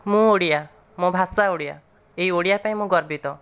ମୁଁ ଓଡ଼ିଆ ମୋ ଭାଷା ଓଡ଼ିଆ ଏହି ଓଡ଼ିଆ ପାଇଁ ମୁଁ ଗର୍ବିତ